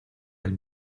del